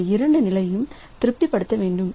இந்த இரண்டு நிலையையும் திருப்திபடுத்த வேண்டும்